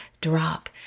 drop